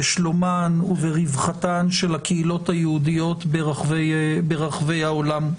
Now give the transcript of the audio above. בשלומן וברווחתן של הקהילות היהודיות ברחבי העולם.